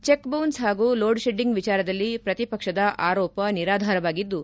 cheque bounce ಹಾಗೂ load shedding ವಿಚಾರದಲ್ಲಿ ಪ್ರತಿಪಕ್ಷದ ಆರೋಪ ನಿರಾಧಾರವಾಗಿದ್ದು